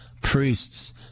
priests